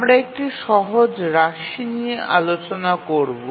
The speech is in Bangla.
আমরা একটি সহজ রাশি নিয়ে আলোচনা করবো